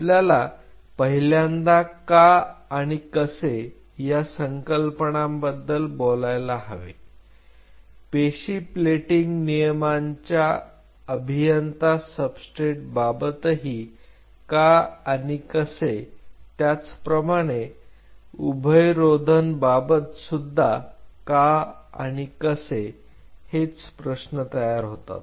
आपल्याला पहिल्यांदा का आणि कसे या संकल्पना बद्दल बोलायला हवे पेशी प्लेटिंग नियमांच्या अभियंता सबस्ट्रेट बाबतही का आणि कसे त्याचप्रमाणे उभयरोधन बाबत सुद्धा का आणि कसे हेच प्रश्न तयार होतात